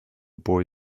boy